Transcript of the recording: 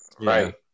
Right